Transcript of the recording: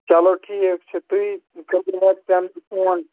چلو ٹھیٖک چھُ تُہۍ کٔرۍزیٚو مےٚ تَمہِ دۅہ فون